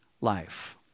life